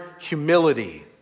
humility